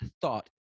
thought